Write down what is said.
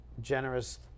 generous